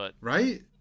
Right